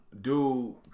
dude